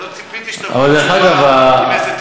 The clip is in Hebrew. אבל לא ציפיתי, תקווה.